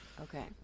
Okay